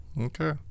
Okay